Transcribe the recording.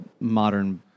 modern